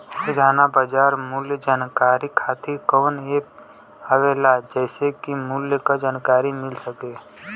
रोजाना बाजार मूल्य जानकारी खातीर कवन मोबाइल ऐप आवेला जेसे के मूल्य क जानकारी मिल सके?